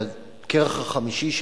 והכרך החמישי,